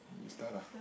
you start ah